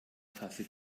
tasse